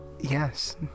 Yes